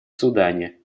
судане